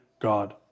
God